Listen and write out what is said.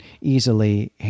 easily